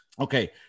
okay